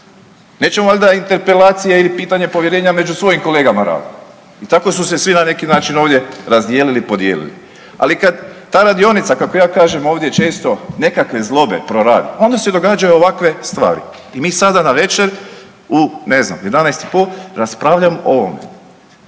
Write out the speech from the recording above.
Nećemo valja interpelacije ili pitanje povjerenja među svojim kolegama raditi i tako su se svi na neki način ovdje razdijelili i podijelili. Ali kad ta radionica, kako ja kažem ovdje često nekakve zlobe proradi onda se događaju ovakve stvari. I mi sada navečer ne znam 11 i po raspravljamo o ovom.